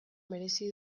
merezi